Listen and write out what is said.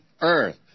earth